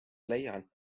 leian